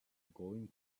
going